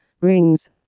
rings